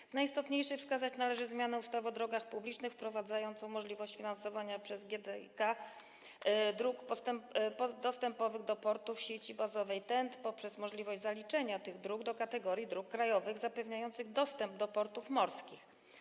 Wśród najistotniejszych wskazać należy zmianę ustawy o drogach publicznych wprowadzającą możliwość finansowania przez GDDKiA dróg dostępowych do portów sieci bazowej TEN-T przez możliwość zaliczenia ich do kategorii dróg krajowych zapewniających dostęp do portów morskich.